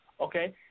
Okay